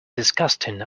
disgusting